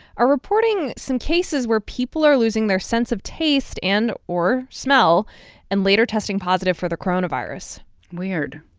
are reporting some cases where people are losing their sense of taste and or smell and later testing positive for the coronavirus weird.